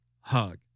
hug